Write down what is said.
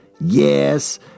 Yes